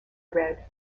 read